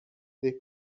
they